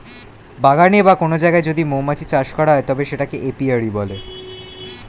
বাগানে বা কোন জায়গায় যদি মৌমাছি চাষ করা হয় তবে সেটাকে এপিয়ারী বলে